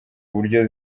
buryo